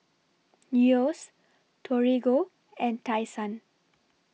Yeo's Torigo and Tai Sun